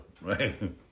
right